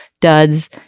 Duds